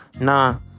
Nah